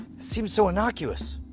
seems so innocuous.